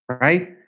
right